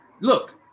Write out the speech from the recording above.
look –